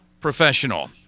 professional